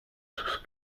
sus